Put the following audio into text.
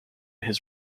his